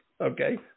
Okay